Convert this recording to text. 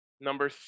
number